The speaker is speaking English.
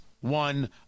one